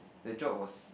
the job was